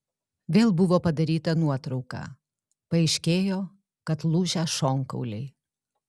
vėl buvo padaryta nuotrauka paaiškėjo kad lūžę šonkauliai